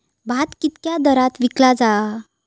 भात कित्क्या दरात विकला जा?